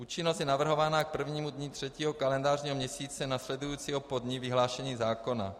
Účinnost je navrhována k prvnímu dni třetího kalendářního měsíce následujícího po dni vyhlášení zákona.